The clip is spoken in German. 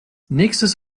nächstes